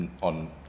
on